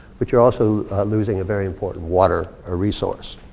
but you're also losing a very important water ah resource.